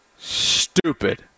stupid